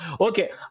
Okay